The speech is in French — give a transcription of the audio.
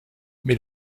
mais